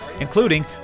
including